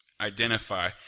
identify